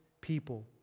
people